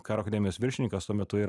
karo akademijos viršininkas tuo metu ir